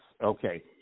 okay